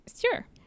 Sure